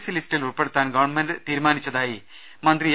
C ലിസ്റ്റിൽ ഉൾപ്പെടുത്താൻ government തീരുമാനിച്ചതായി മന്ത്രി എ